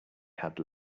had